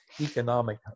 economic